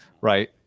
right